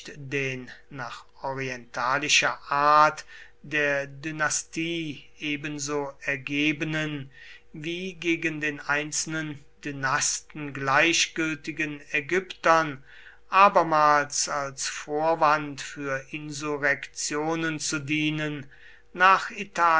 den nach orientalischer art der dynastie ebenso ergebenen wie gegen den einzelnen dynasten gleichgültigen ägyptern abermals als vorwand für insurrektionen zu dienen nach italien